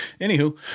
anywho